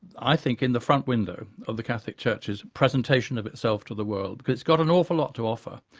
i think, in the front window of the catholic church's presentation of itself to the world because it's got an awful lot to offer.